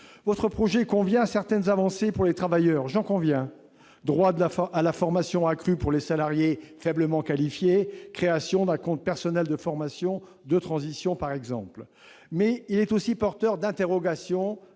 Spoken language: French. Votre projet contient certaines avancées pour les travailleurs, j'en conviens : droit à la formation accru pour les salariés faiblement qualifiés, création d'un compte personnel de formation de transition, par exemple. Mais il est aussi porteur d'interrogations,